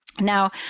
Now